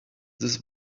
this